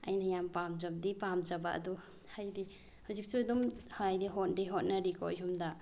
ꯑꯩꯅ ꯌꯥꯝ ꯄꯥꯝꯖꯕꯗꯤ ꯄꯥꯝꯖꯕ ꯑꯗꯨ ꯍꯥꯏꯗꯤ ꯍꯧꯖꯤꯛꯁꯨ ꯑꯗꯨꯝ ꯍꯥꯏꯗꯤ ꯍꯣꯠꯇꯤ ꯍꯣꯠꯅꯔꯤꯀꯣ ꯌꯨꯝꯗ